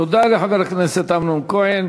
תודה לחבר הכנסת אמנון כהן.